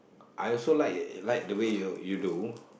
I also like the way you do